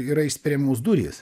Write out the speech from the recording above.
yra išspiriamos durys